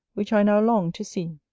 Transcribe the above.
which i now long to see.